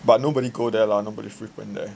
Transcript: but nobody go there lah nobody frequent there